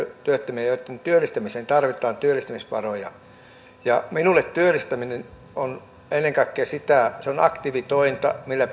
työttömiä joitten työllistämiseen tarvitaan työllistämisvaroja minulle työllistäminen on ennen kaikkea aktiivitointa millä